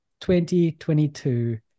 2022